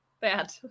Bad